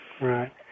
right